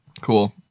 Cool